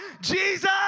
Jesus